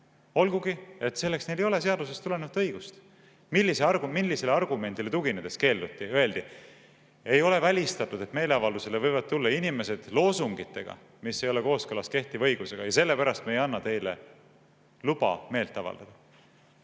olgugi et neil ei ole selleks seadusest tulenevat õigust. Millisele argumendile tuginedes keelduti? Öeldi: "Ei ole välistatud, et meeleavaldusele võivad tulla inimesed loosungitega, mis ei ole kooskõlas kehtiva õigusega, ja sellepärast me ei anna teile luba meelt avaldada."